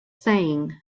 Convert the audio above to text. saying